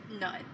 none